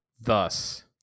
Thus